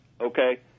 Okay